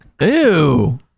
Ew